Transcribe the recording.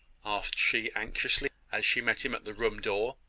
asked she anxiously, as she met him at the room door.